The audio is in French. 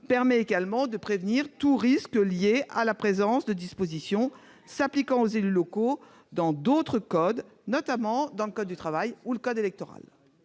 permet également de prévenir tout risque juridique lié à la présence de dispositions s'appliquant aux élus locaux dans d'autres codes, notamment le code du travail et le code électoral.